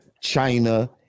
China